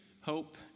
hope